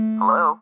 Hello